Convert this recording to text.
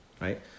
Right